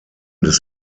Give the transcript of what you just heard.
des